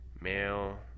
male